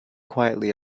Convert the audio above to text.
quietly